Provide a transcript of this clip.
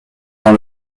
dans